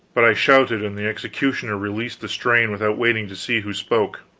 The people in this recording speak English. but i shouted, and the executioner released the strain without waiting to see who spoke.